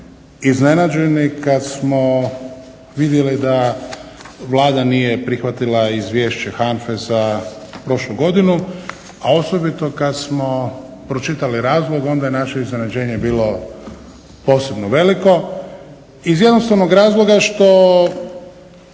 iznenađeni kad smo vidjeli da Vlada nije prihvatila Izvješće HANFA-e za prošlu godinu, a osobito kad smo pročitali razlog onda je naše iznenađenje bilo posebno veliko iz jednostavnog razloga što